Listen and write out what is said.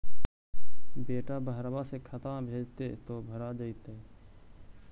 बेटा बहरबा से खतबा में भेजते तो भरा जैतय?